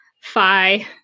phi